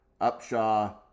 Upshaw